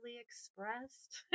expressed